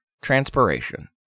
Transpiration